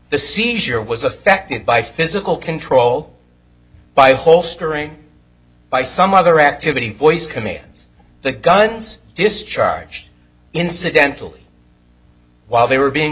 the seizure was affected by physical control by holstering by some other activity voice commands the guns discharged incidentally while they were being